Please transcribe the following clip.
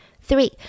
Three